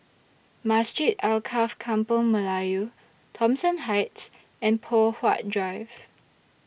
Masjid Alkaff Kampung Melayu Thomson Heights and Poh Huat Drive